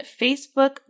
Facebook